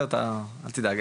אל תדאג,